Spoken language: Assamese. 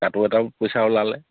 তাতো এটা পইচা ওলালে